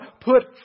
put